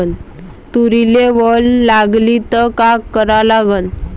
तुरीले वल लागली त का करा लागन?